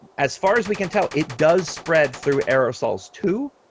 as far as we can tell, it does spread through aerosols too,